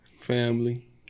family